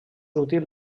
útil